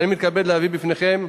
אני מתכבד להביא בפניכם,